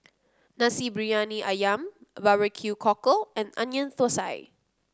Nasi Briyani ayam Barbecue Cockle and Onion Thosai